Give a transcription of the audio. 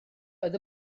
oedd